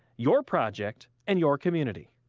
your project and your community.